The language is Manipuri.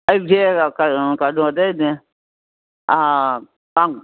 ꯑꯩꯁꯦ ꯀꯩꯅꯣꯗꯩꯅꯤ